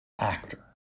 actor